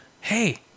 hey